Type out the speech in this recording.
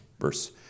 verse